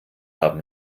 haben